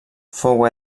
fou